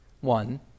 one